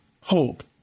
hope